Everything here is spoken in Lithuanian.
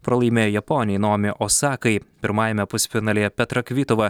pralaimėjo japonei naomi osakai pirmajame pusfinalyje petra kvituva